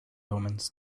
omens